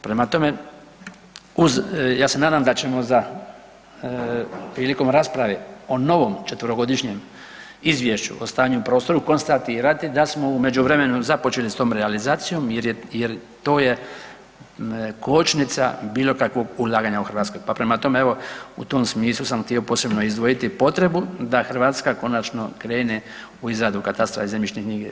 Prema tome, uz, ja se nadam da ćemo za, prilikom rasprave o novom četverogodišnjem izvješću o stanju u prostoru konstatirati da smo u međuvremenu započeli s tom realizacijom jer to je kočnica bilo kakvog ulaganja u Hrvatskoj pa prema tome evo u tom smislu sam htio posebno izdvojiti potrebu da Hrvatska konačno krene u izradu katastra i zemljišne knjige.